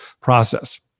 process